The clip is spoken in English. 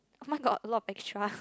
oh-my-god a lot of extra